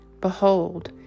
Behold